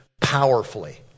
powerfully